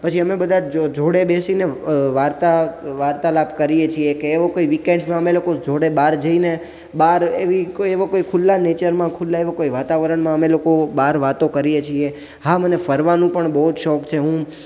પછી અમે બધા જોડે બેસીને વાર્તા વાર્તાલાપ કરીએ છીએ કે એવું કંઈ વિકેન્ડ્સમાં અમે લોકો જોડે બહાર જઈને બહાર એવી કોઈ એવો કોઈ ખુલ્લા નેચરમાં ખુલ્લા એવા કોઈ વાતાવરણમાં અમે લોકો બહાર વાતો કરીએ છીએ હા મને ફરવાનું પણ બહુ જ શોખ છે હું